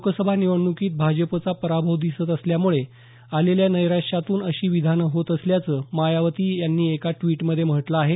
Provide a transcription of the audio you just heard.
लोकसभा निवडणुकीत भाजपचा पराभव दिसत असल्यामुळे आलेल्या नैराश्यातून अशी विधानं होत असल्याचं मायावती यांनी एका द्वीटमध्ये म्हटलं आहे